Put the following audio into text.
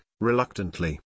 reluctantly